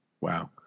Wow